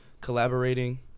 collaborating